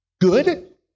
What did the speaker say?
good